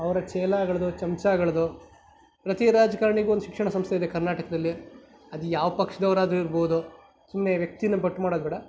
ಅವರ ಚೇಲಾಗಳದ್ದು ಚಮಚಾಗಳದ್ದು ಪ್ರತಿ ರಾಜಕಾರಣಿಗೂ ಒಂದು ಶಿಕ್ಷಣ ಸಂಸ್ಥೆ ಇದೆ ಕರ್ನಾಟದಲ್ಲಿ ಅದು ಯಾವ ಪಕ್ಷದವರಾಗಿ ಇರ್ಬೋದು ಸುಮ್ಮನೆ ವ್ಯಕ್ತಿನ ಬೆಟ್ಟು ಮಾಡೋದು ಬೇಡ